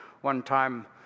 one-time